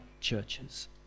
churches